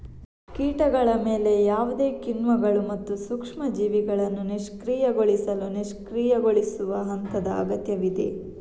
ಕೀಟಗಳ ಮೇಲೆ ಯಾವುದೇ ಕಿಣ್ವಗಳು ಮತ್ತು ಸೂಕ್ಷ್ಮ ಜೀವಿಗಳನ್ನು ನಿಷ್ಕ್ರಿಯಗೊಳಿಸಲು ನಿಷ್ಕ್ರಿಯಗೊಳಿಸುವ ಹಂತದ ಅಗತ್ಯವಿದೆ